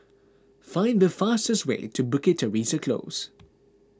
find the fastest way to Bukit Teresa Close